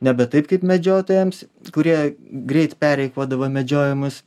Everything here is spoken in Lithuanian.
nebe taip kaip medžiotojams kurie greit pareikvodavo medžiojamus